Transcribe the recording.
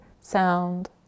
sound